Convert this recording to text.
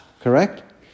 correct